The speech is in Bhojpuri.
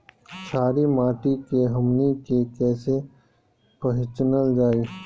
छारी माटी के हमनी के कैसे पहिचनल जाइ?